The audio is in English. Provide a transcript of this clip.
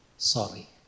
Sorry